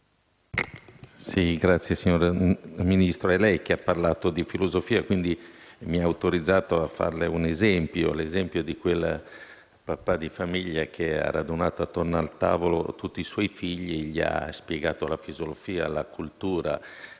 *(AL-A)*. Signor Ministro, è lei che ha parlato di filosofie, quindi, mi ha autorizzato a fare un esempio: quello del papà di famiglia che ha radunato attorno al tavolo tutti i suoi figli e gli ha spiegato la filosofia, la cultura e la politica,